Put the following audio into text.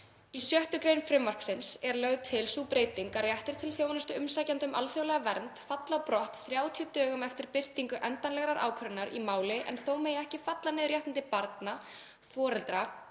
„Í 6. gr. frumvarpsins er lögð til sú breyting að réttur til þjónustu umsækjenda um alþjóðlega vernd falli á brott 30 dögum eftir birtingu endanlegrar ákvörðunar í máli en þó megi ekki fella niður réttindi barna, foreldra